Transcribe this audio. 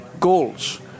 goals